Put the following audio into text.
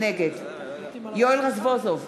נגד יואל רזבוזוב,